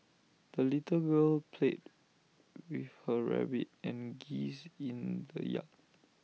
the little girl played with her rabbit and geese in the yard